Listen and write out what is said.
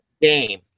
game